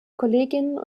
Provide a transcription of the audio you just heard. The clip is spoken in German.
kolleginnen